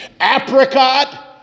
apricot